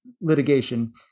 litigation